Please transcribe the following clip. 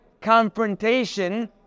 confrontation